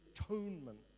atonement